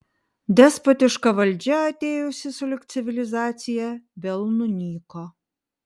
despotiška valdžia atėjusi sulig civilizacija vėl nunyko